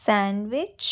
sandwich